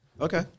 Okay